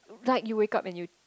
like you wake up and you